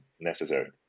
necessary